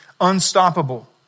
unstoppable